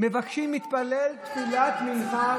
מבקשים להתפלל תפילת מנחה,